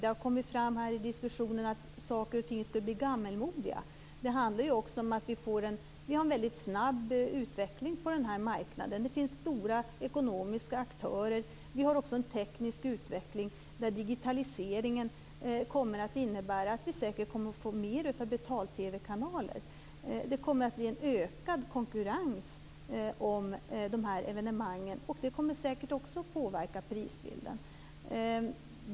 Det har kommit fram här i diskussionen att saker och ting skulle bli gammalmodiga. Vi har ju också en väldigt snabb utveckling på den här marknaden. Det finns stora ekonomiska aktörer. Vi har också en teknisk utveckling där digitaliseringen säkert kommer att innebära att vi får fler betal-TV-kanaler. Det kommer att bli en ökad konkurrens om de här evenemangen. Det kommer säkert också att påverka prisbilden.